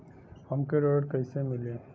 हमके ऋण कईसे मिली?